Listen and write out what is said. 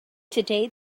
today